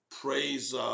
Praise